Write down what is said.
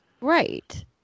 Right